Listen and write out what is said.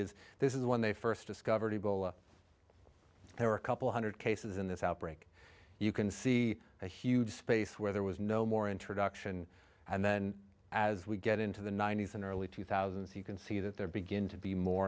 is this is when they first discovered ebola there were a couple hundred cases in this outbreak you can see a huge space where there was no more introduction and then as we get into the ninety's and early two thousand and so you can see that there begin to be more